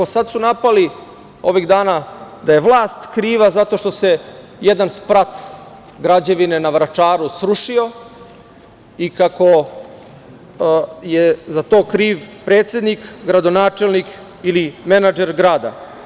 Sada su napali, ovih dana, da je vlast kriva zato što se jedan sprat građevine na Vračaru srušio i kako je za to kriv predsednik, gradonačelnik ili menadžer grada.